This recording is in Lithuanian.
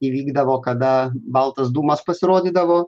įvykdavo kada baltas dūmas pasirodydavo